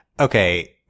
Okay